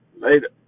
Later